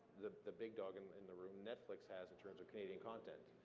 the the big dog um in the room, netflix has in terms of canadian content.